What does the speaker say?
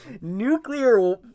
nuclear